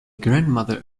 grandmother